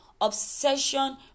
obsession